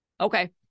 Okay